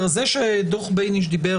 זה שדוח בייניש דיבר